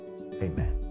amen